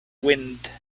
wind